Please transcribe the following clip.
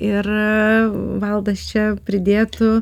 ir valdas čia pridėtų